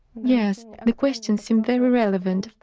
yes. the question seemed very relevant,